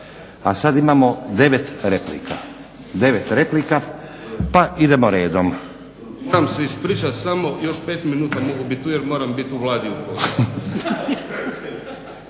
A sad imamo 9 replika, 9 replika. Pa idemo redom.